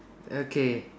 okay